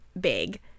big